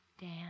Dan